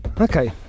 Okay